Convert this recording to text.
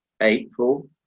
april